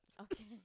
Okay